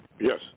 Yes